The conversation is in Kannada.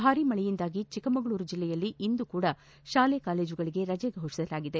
ಭಾರೀ ಮಳೆಯಿಂದಾಗಿ ಚಿಕ್ಕಮಗಳೂರು ಜಿಲ್ಲೆಯಲ್ಲಿ ಇಂದು ಕೂಡಾ ಶಾಲಾ ಕಾಲೇಜುಗಳಿಗೆ ರಜೆ ಫೋಷಿಸಲಾಗಿದೆ